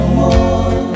more